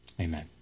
amen